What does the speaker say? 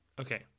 okay